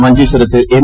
മഞ്ചേശ്വരത്ത് എം